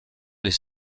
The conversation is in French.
les